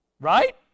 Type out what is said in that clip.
Right